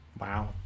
Wow